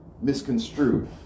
misconstrued